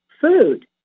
food